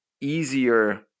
easier